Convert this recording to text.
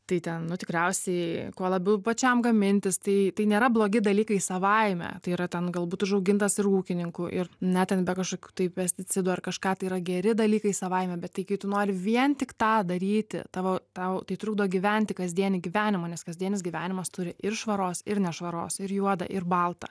tai ten nu tikriausiai kuo labiau pačiam gamintis tai tai nėra blogi dalykai savaime tai yra ten galbūt užaugintas ir ūkininkų ir net ten be kažkokių tai pesticidų ar kažką tai yra geri dalykai savaime bet kai tu nori vien tik tą daryti tavo tau tai trukdo gyventi kasdienį gyvenimą nes kasdienis gyvenimas turi ir švaros ir nešvaros ir juoda ir balta